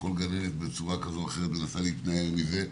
וכל גננת, בצורה כזו או אחרת, מנסה להתנער מזה,